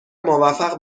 موفق